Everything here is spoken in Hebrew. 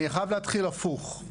אני חייב להתחיל הפוך,